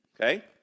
Okay